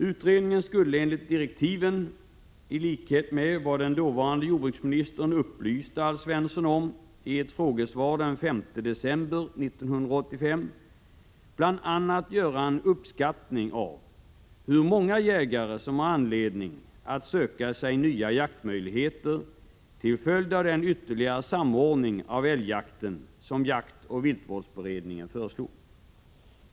Utredningen skulle enligt direktiven, i likhet med vad dåvarande jordbruksministern upplyste Alf Svensson om i ett frågesvar den 5 december 1985, bl.a. göra en uppskattning av hur många jägare som har anledning att söka sig nya jaktmöjligheter till följd av den ytterligare samordning av älgjakten som jaktoch viltvårdsberedningen föreslog.